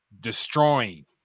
Destroying